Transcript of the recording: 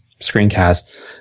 screencast